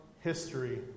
history